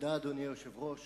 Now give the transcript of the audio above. אדוני היושב-ראש,